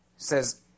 says